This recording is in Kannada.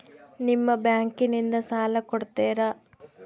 ನಿಮ್ಮ ಬ್ಯಾಂಕಿನಿಂದ ಸಾಲ ಕೊಡ್ತೇರಾ?